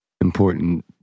important